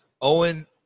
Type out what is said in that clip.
Owen